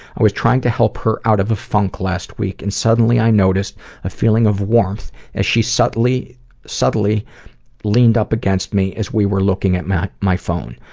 i was trying to help her out of a funk last week and suddenly i noticed a feeling of warmth as she subtly subtly leaned up against me as we were looking at my my phone.